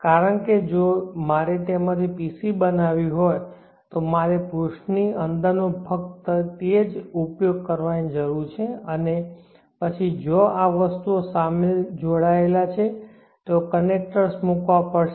કારણ કે જો મારે તેમાંથી PCB બનાવવી હોય તો મારે પૃષ્ઠની અંદરનો ફક્ત તે જ ઉપયોગ કરવાની જરૂર છે અને પછી જ્યાં આ વસ્તુઓ જોડાયેલ છે ત્યાં કનેક્ટર્સ મૂકવા પડશે